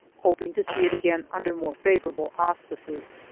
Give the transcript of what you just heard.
hoping to see it again under more favorable auspices.